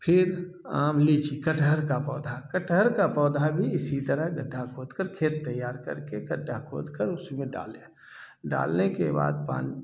फिर आम लीची कटहर का पौधा कटहर का पौधा भी इसी तरह गड्ढा खोद कर खेत तैयार करके गड्ढा खोद कर उसी में डालें डालने के बाद पान